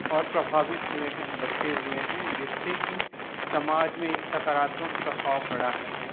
और प्रभावित हुए हैं बच्चे हुए हैं जिससे कि समाज में एक सकारात्मक प्रभाव पड़ा है